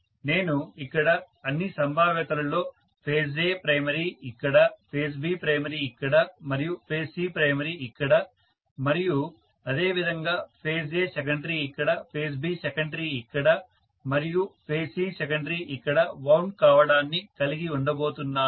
నేను ఇక్కడ అన్ని సంభావ్యతలలో ఫేజ్ A ప్రైమరీ ఇక్కడ ఫేజ్ B ప్రైమరీ ఇక్కడ మరియు ఫేజ్ C ప్రైమరీ ఇక్కడ మరియు అదేవిధంగా ఫేజ్ A సెకండరీ ఇక్కడ ఫేజ్ B సెకండరీ ఇక్కడ మరియు ఫేజ్ C సెకండరీ ఇక్కడ వౌండ్ కావడాన్ని కలిగి ఉండబోతున్నాను